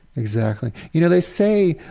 exactly. you know they say,